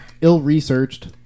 ill-researched